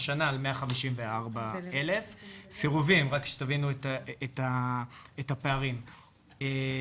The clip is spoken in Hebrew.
השנה על 154,000. רק שתבינו את הפערים בנוגע